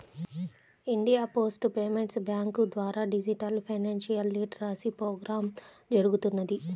India post payments bank ద్వారా digital financial literacy programme జరుగుతున్నది